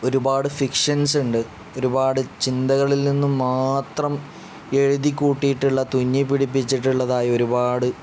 ഒരുപാട് ഫിക്ഷൻസ് ഒരുപാട് ചിന്തകളിൽ നിന്നും മാത്രം എഴുതി കൂട്ടിയിട്ടുള്ള തുന്നി പിടിപ്പിച്ചിട്ടുള്ളതായിട്ട് ഒരുപാട്